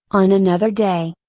on another day.